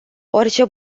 orice